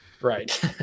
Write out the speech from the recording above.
Right